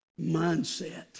mindset